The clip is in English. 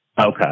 Okay